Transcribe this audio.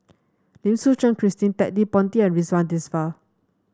Lim Suchen Christine Ted De Ponti and Ridzwan Dzafir